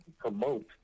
promote